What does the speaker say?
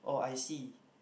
oh I see